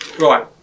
Right